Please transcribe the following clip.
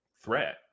threat